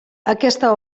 aquesta